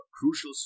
Crucial